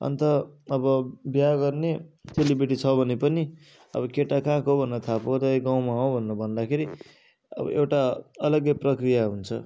अन्त अब बिहा गर्ने चेली बेटी छ भने पनि अब केटा कहाँको भनेर थाहा पाउँदाखेरि गाउँमा हो भनेर भन्दाखेरि अब एउटा अलग्गै प्रक्रिया हुन्छ